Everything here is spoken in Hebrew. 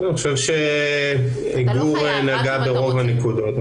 אני חושב שגור נגע ברוב הנקודות.